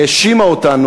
והאשימה אותנו,